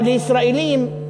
אבל לישראלים,